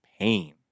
pain